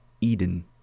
Eden